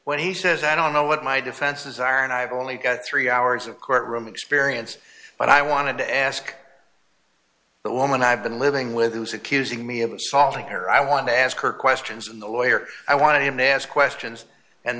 when he says i don't know what my defenses are and i've only got three hours of courtroom experience but i wanted to ask the woman i've been living with who's accusing me of assaulting her i want to ask her questions the lawyer i want to ask questions and